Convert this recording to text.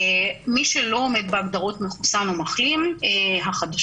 מי שלא עומד בהגדרות מחוסן או מחלים החדשות,